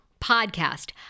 podcast